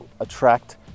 attract